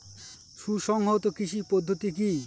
সুসংহত কৃষি পদ্ধতি কি?